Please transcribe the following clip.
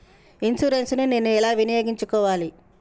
Insurance ని నేను ఎలా వినియోగించుకోవాలి?